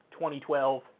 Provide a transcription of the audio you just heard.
2012